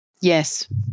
Yes